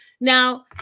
Now